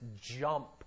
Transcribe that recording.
jump